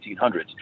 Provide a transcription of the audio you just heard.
1800s